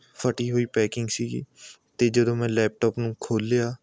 ਫਟੀ ਹੋਈ ਪੈਕਿੰਗ ਸੀ ਅਤੇ ਜਦੋਂ ਮੈਂ ਲੈਪਟੋਪ ਨੂੰ ਖੋਲ੍ਹਿਆ